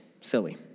Silly